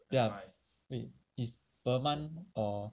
th~ ah wait it's per month or